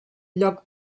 lloc